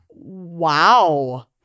Wow